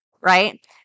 right